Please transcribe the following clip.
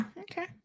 Okay